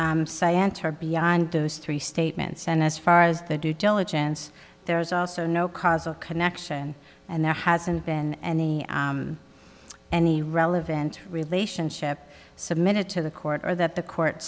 sorry answer beyond those three statements and as far as the due diligence there's also no causal connection and there hasn't been any any relevant relationship submitted to the court or that the court